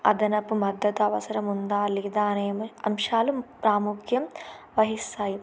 అదనపు మద్దతు అవసరం ఉందా లేదా అనే అంశాలు ప్రాముఖ్యం వహిస్తాయి